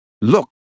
look